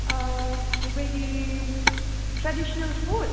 बेबायदि traditional food